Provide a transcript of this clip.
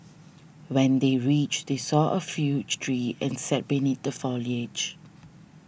when they reached they saw a huge tree and sat beneath the foliage